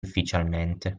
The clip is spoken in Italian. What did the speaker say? ufficialmente